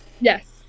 Yes